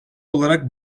olarak